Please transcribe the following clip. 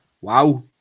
Wow